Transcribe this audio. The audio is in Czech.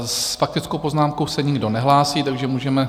S faktickou poznámkou se nikdo nehlásí, takže můžeme...